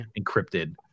encrypted